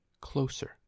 closer